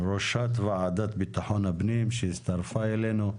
ראשת הוועדה לביטחון הפנים, שהצטרפה אלינו,